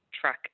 truck